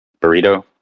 Burrito